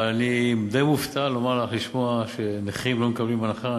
אבל אני די מופתע לשמוע שנכים לא מקבלים הנחה.